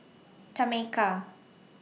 Tameka